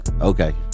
okay